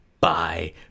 Bye